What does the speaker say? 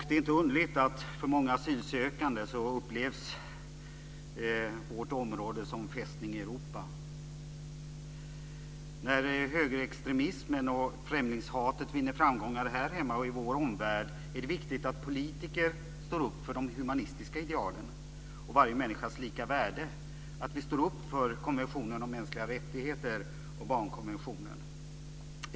Det är inte underligt att vårt område för många asylsökande upplevs som "Fästning Europa". När högerextremismen och främlingshatet vinner framgångar här hemma och i vår omvärld är det viktigt att politiker står upp för de humanistiska idealen och varje människas lika värde och att vi står upp för konventionen om mänskliga rättigheter och barnkonventionen.